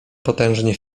potężnie